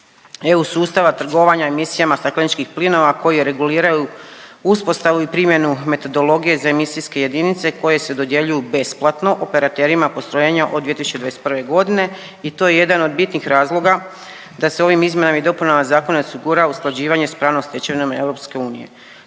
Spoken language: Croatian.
EU sustava trgovanja emisijama stakleničkih plinova koji reguliraju uspostavu i primjenu metodologije za emisijske jedinice koje se dodjeljuju besplatno operaterima postrojenja od 2021. godine i to je jedan od bitnih razloga da se ovim izmjenama i dopunama zakona osigura usklađivanje sa pravnom stečevinom EU. Također